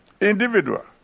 Individual